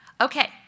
Okay